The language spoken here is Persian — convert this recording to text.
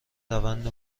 روند